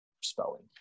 spelling